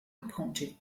pointed